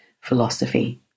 philosophy